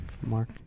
Mark